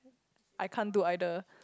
I can't do either